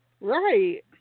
Right